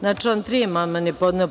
Na član 4. amandman je podneo